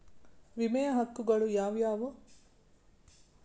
ವಿಮೆಯ ಹಕ್ಕುಗಳು ಯಾವ್ಯಾವು?